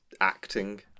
acting